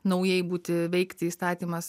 naujai būti veikti įstatymas